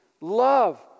love